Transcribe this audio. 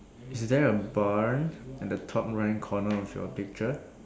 is there a barn in the top right hand corner of your picture